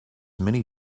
many